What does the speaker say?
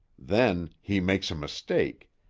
then he makes a mistake.